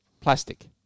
Plastic